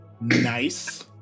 Nice